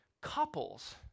Couples